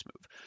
move